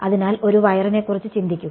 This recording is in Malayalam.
അതിനാൽ ഒരു വയറിനെക്കുറിച്ച് ചിന്തിക്കുക